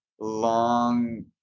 Long